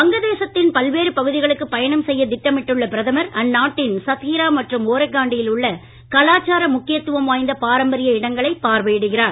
வங்கதேசத்தின் பல்வேறு பகுதிகளுக்கு பயணம் செய்ய திட்டமிட்டுள்ள பிரதமர் அந்நாட்டின் சத்ஹிரா மற்றும் ஓரக்காண்டியில் உள்ள கலாச்சார முக்கியத் துவம் வாய்ந்த பாராம்பரிய இடங்களைப் பார்வையிடுகிறார்